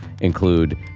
include